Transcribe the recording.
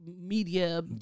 media